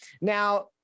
Now